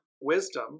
wisdom